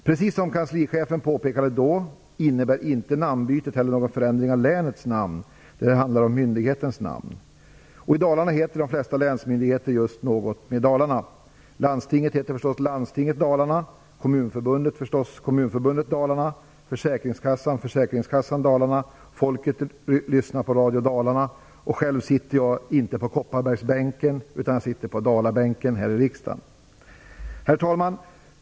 Precis som kanslichefen påpekade då, innebär det inte heller någon förändring av länets namn utan det handlar om myndighetens namn. I Dalarna heter de flesta länsmyndigheter just något med Dalarna. Landstinget heter förstås Landstinget Dalarna, kommunförbundet förstås Kommunförbudet Dalarna, försäkringskassan Försäkringskassan Dalarna, folket lyssnar på Radio Dalarna och själv sitter jag inte på Kopparbergsbänken utan jag sitter på Dalabänken här i riksdagen. Herr talman!